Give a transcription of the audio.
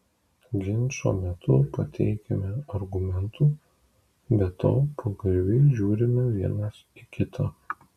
ginčo metu pateikiame argumentų be to pagarbiai žiūrime vienas į kitą